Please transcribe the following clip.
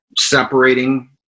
separating